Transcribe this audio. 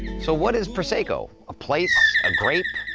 so what is prosecco? a place, a grape,